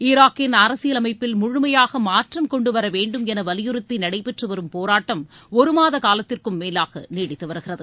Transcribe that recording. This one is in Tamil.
ஈராக்கின் அரசியல் அமைப்பில் முழுமையாக மாற்றம் கொண்டு வரவேண்டும் என வலியுறுத்தி நடைபெற்றுவரும் போராட்டம் ஒரு மாத காலத்திற்கு மேலாக நீடித்து வருகிறது